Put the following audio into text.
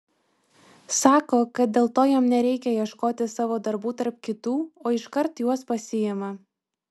sako kad dėl to jam nereikią ieškoti savo darbų tarp kitų o iškart juos pasiima